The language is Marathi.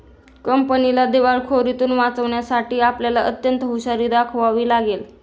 कंपनीला दिवाळखोरीतुन वाचवण्यासाठी आपल्याला अत्यंत हुशारी दाखवावी लागेल